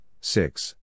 six